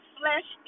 flesh